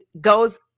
goes